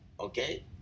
okay